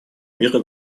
мира